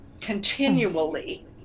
continually